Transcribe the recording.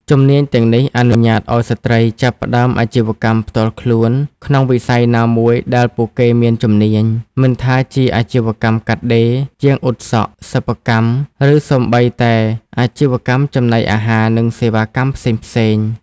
ជំនាញទាំងនេះអនុញ្ញាតឱ្យស្ត្រី ចាប់ផ្តើមអាជីវកម្មផ្ទាល់ខ្លួន ក្នុងវិស័យណាមួយដែលពួកគេមានជំនាញ មិនថាជាអាជីវកម្មកាត់ដេរ ជាងអ៊ុតសក់ សិប្បកម្ម ឬសូម្បីតែអាជីវកម្មចំណីអាហារ និងសេវាកម្មផ្សេងៗ។